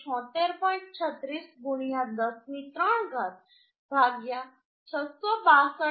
36 10 ની 3 ઘાત 662